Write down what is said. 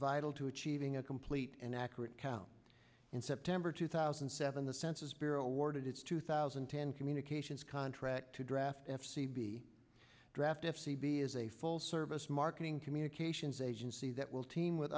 vital to achieving a complete and accurate count in september two thousand and seven the census bureau awarded its two thousand and ten communications contract to draft f c be drafted c b is a full service marketing communications agency that will team with